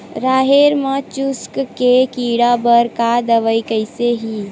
राहेर म चुस्क के कीड़ा बर का दवाई कइसे ही?